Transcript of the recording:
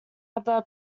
other